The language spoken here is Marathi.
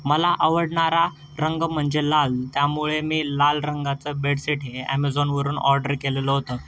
मला आवडणारा रंग म्हणजे लाल त्यामुळे मी लाल रंगाचं बेडसीट हे ॲमेझॉनवरून ऑर्डर केलेलं होतं